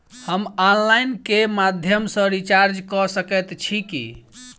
हम ऑनलाइन केँ माध्यम सँ रिचार्ज कऽ सकैत छी की?